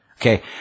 Okay